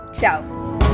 ciao